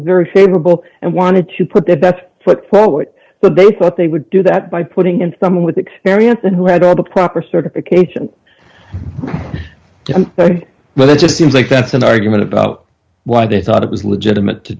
very favorable and wanted to put their best foot forward so they thought they would do that by putting in someone with experience and who had all the proper certifications but it just seems like that's an argument about why they thought it was legitimate to